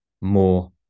more